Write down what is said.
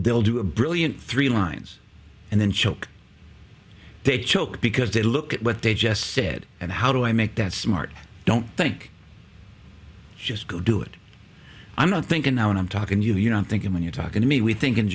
they'll do a brilliant three lines and then choke they choke because they look at what they just said and how do i make that smart don't think just go do it i'm not thinking now when i'm talking to you you know i'm thinking when you're talking to me we think in